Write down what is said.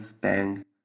bang